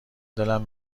دلم